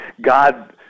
God